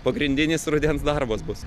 pagrindinis rudens darbas bus